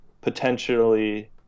potentially